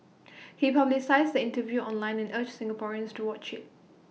he publicised the interview online and urged Singaporeans to watch IT